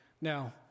Now